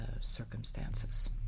circumstances